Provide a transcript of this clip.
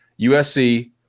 USC